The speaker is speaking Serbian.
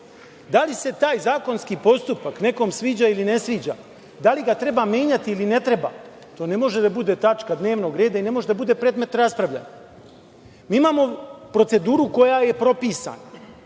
Da li se taj zakonski postupak nekome sviđa ili ne sviđa? Da li ga treba menjati ili ne treba? To ne može da bude tačka dnevnog reda i ne može da bude predmet raspravljanja. Mi imao proceduru koja je propisana.